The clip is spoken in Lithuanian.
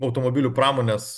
automobilių pramonės